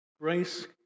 grace